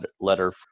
letter